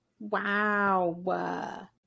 Wow